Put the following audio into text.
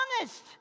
honest